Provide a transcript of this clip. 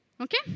Okay